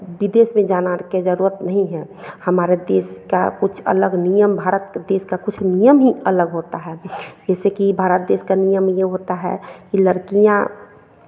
विदेश में जाना के ज़रूरत नहीं है हमारे देश का कुछ अलग नियम भारत देश का कुछ नियम ही अलग होता है जैसे कि भारत देश का नियम जो होता है कि लड़कियाँ